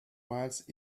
miles